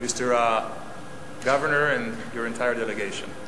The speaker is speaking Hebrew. Mr. Governor and your entire delegation.